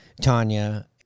Tanya